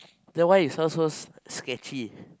then why you sound so s~ s~ sketchy